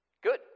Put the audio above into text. Good